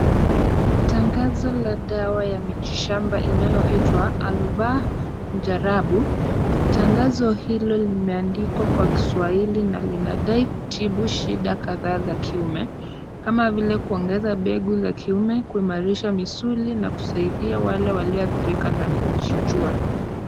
Tangazo la dawa la miti shamba inaloitwa Album Mujarabu. Tangazo hilo limeandikwa kwa kiswahili na linadai kutibu shida kadhaa za kiume kama vile kuongeza mbegu za kiume, kuimarisha misuli na kusaidia wale waliohadhirika na kujijua.